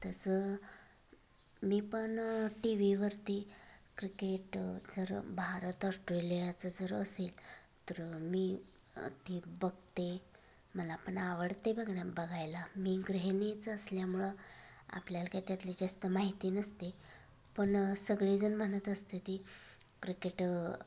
तसं मी पण टी व्हीवरती क्रिकेट जर भारत ऑष्ट्रेलियाचं जर असेल तर मी ते बघते मला पण आवडते बघन्या बघायला मी गृहिणीच असल्यामुळं आपल्याला काही त्यातली जास्त माहिती नसते पण सगळेजण म्हणत असतात क्रिकेट